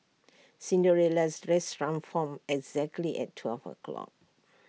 Cinderella's dress transformed exactly at twelve o'clock